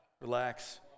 Relax